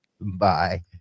bye